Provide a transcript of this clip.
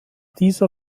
dieser